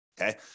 okay